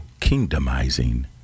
Kingdomizing